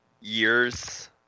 years